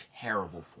terrible